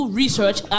research